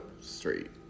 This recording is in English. straight